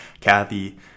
kathy